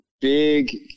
big